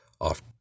off